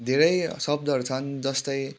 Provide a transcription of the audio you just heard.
धेरै शब्दहरू छन् जस्तै